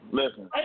listen